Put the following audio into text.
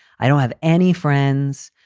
i don't have any friends.